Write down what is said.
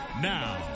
Now